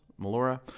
Melora